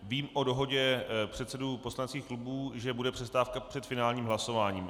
Vím o dohodě předsedů poslaneckých klubů, že bude přestávka před finálním hlasováním.